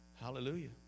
Hallelujah